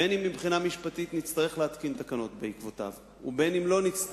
בין שנצטרך מבחינה משפטית להתקין תקנות בעקבותיו ובין שלא נצטרך,